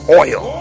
oil